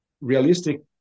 Realistic